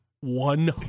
one